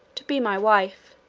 to be my wife